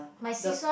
the